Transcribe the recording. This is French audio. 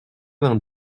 vingt